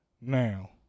now